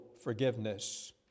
forgiveness